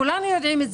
כולנו יודעים,